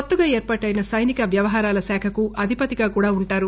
కొత్తగా ఏర్పాటైన సైనిక వ్యవహారాల శాఖకు అధిపతిగా కూడా ఉంటారు